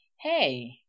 hey